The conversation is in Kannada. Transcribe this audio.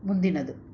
ಮುಂದಿನದು